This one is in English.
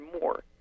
more